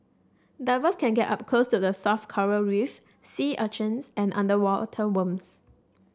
divers can get up close to the soft coral reef sea urchins and underwater worms